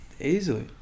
Easily